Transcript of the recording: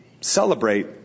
celebrate